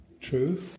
true